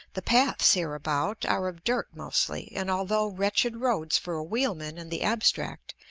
the paths hereabout are of dirt mostly, and although wretched roads for a wheelman in the abstract,